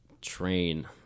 train